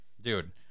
dude